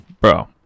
Bro